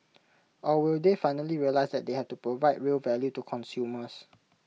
or will they finally realise that they have to provide real value to consumers